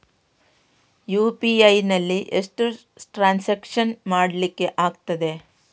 UPI ನಲ್ಲಿ ಎಷ್ಟು transaction ಮಾಡ್ಲಿಕ್ಕೆ ಆಗ್ತದೆ?